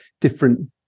different